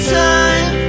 time